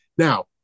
Now